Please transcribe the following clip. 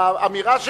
באמירה שלו.